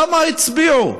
כמה הצביעו?